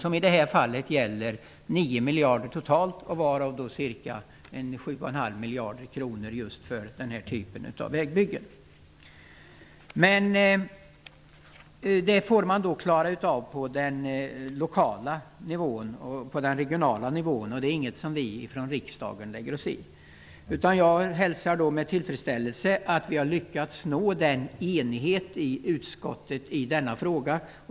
I det här fallet gäller det 9 miljarder totalt och ca 7,5 miljarder kronor till den här typen av vägbyggen. Detta får man klara av på den lokala och regionala nivån. Det är inget som vi i riksdagen lägger oss i. Jag hälsar med tillfredsställelse att vi har lyckats nå enighet i utskottet i denna fråga.